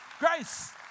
Grace